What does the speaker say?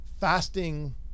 fasting